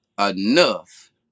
enough